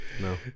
No